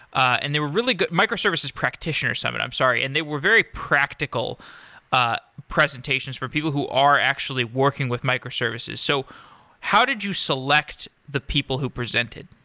and they were really microservices practitioner summer, i'm sorry. and they were very practical ah presentations for people who are actually working with microservices. so how did you select the people who presented?